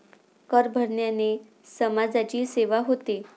कर भरण्याने समाजाची सेवा होते